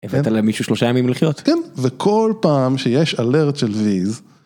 הבאת למישהו שלושה ימים לחיות? כן, וכל פעם שיש אלרט של ויז.